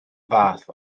fath